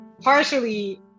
partially